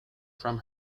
from